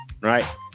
right